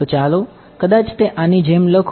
તો ચાલો કદાચ તે આની જેમ લખો